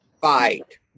fight